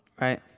Right